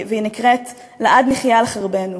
והיא נקראת "לעד נחיה על חרבנו".